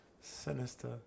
Sinister